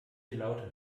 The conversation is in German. lauter